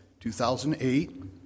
2008